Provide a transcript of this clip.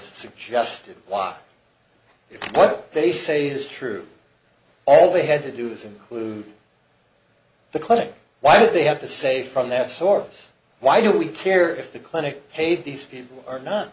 suggested why what they say is true all they had to do things pollute the clinic why did they have to say from that source why do we care if the clinic paid these people or not